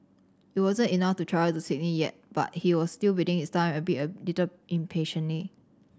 it wasn't enough to travel to Sydney yet but he was still biding his time albeit a little impatiently